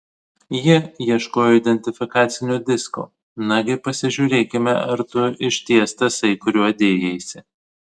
ji ieškojo identifikacinio disko nagi pasižiūrėkime ar tu išties tasai kuriuo dėjaisi